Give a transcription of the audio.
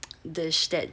dish that